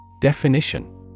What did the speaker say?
Definition